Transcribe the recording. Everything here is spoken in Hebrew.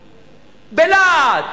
בלהט,